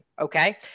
Okay